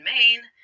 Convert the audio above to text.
Maine